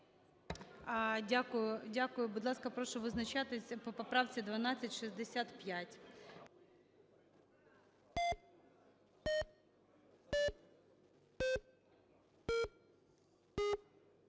дякую. Будь ласка, прошу визначатися по поправці 1265.